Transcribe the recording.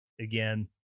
Again